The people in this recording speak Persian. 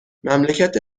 مملکت